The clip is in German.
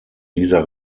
dieser